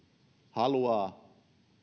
haluaa